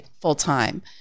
full-time